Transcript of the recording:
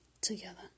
together